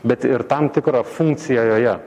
bet ir tam tikrą funkciją joje